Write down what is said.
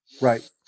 Right